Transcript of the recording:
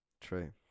True